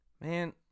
Man